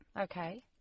Okay